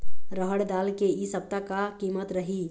रहड़ दाल के इ सप्ता का कीमत रही?